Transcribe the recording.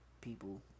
people